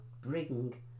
bring